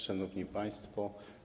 Szanowni Państwo!